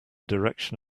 direction